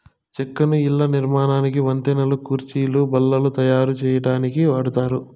చెక్కను ఇళ్ళ నిర్మాణానికి, వంతెనలు, కుర్చీలు, బల్లలు తాయారు సేయటానికి వాడతారు